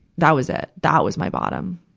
that was it that was my bottom,